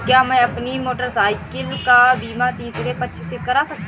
क्या मैं अपनी मोटरसाइकिल का बीमा तीसरे पक्ष से करा सकता हूँ?